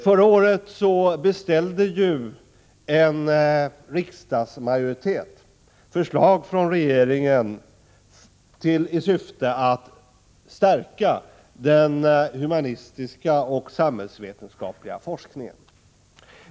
Förra året beställde ju en riksdagsmajoritet förslag från regeringen i syfte att stärka den humanistiska och samhällsvetenskapliga forskningen.